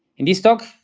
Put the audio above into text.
in this talk,